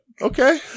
Okay